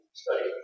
study